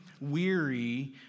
weary